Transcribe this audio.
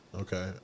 Okay